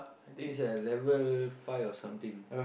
I think it's at level five or something